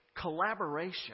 collaboration